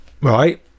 right